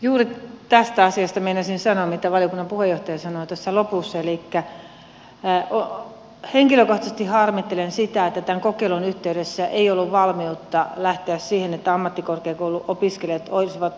juuri tästä asiasta meinasin sanoa mitä valiokunnan puheenjohtaja sanoi tuossa lopussa elikkä henkilökohtaisesti harmittelen sitä että tämän kokeilun yhteydessä ei ollut valmiutta lähteä siihen että ammattikorkeakoulun opiskelijat voisivat